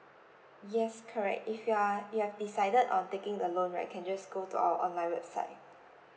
yes correct if you're you've decided on taking the loan right you can just go to our online website